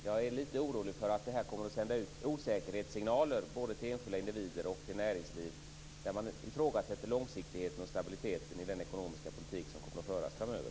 Jag är lite orolig för att det kommer att sända ut osäkerhetssignaler både till enskilda individer och till näringsliv, där man ifrågasätter långsiktigheten och stabiliteten i den ekonomiska politik som kommer att föras framöver.